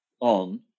on